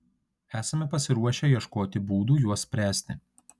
esame pasiruošę ieškoti būdų juos spręsti